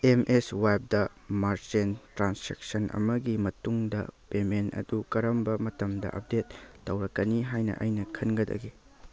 M S ꯋꯥꯏꯞꯇ ꯃꯥꯔꯆꯦꯟ transaction ꯑꯃꯒꯤ ꯃꯇꯨꯡꯗ ꯄꯦꯃꯦꯟ ꯑꯗꯨ ꯀꯔꯝꯕ ꯃꯇꯝꯗ ꯑꯞꯗꯦꯗ ꯇꯧꯔꯛꯀꯅꯤ ꯍꯥꯏꯅ ꯑꯩꯅ ꯈꯟꯒꯗꯒꯦ